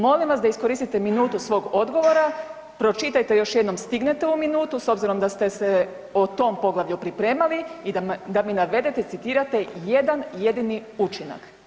Molim vas da iskoristite minutu svog odgovora, pročitajte još jednom stignete u minutu s obzirom da ste se o tom poglavlju pripremali i da mi navedete, citirate jedan, jedini učinak.